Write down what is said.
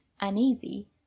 uneasy